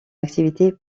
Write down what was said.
activité